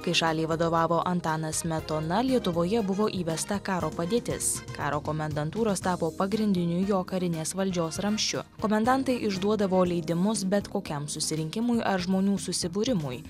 kai šaliai vadovavo antanas smetona lietuvoje buvo įvesta karo padėtis karo komendantūros tapo pagrindiniu jo karinės valdžios ramsčiu komendantai išduodavo leidimus bet kokiam susirinkimui ar žmonių susibūrimui